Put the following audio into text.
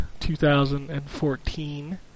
2014